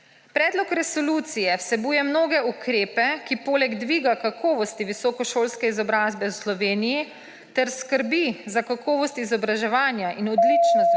Predlog resolucije vsebuje mnoge ukrepe, kjer poleg dviga kakovosti visokošolske izobrazbe v Sloveniji ter skrbi za kakovost izobraževanja in odličnosti